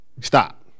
Stop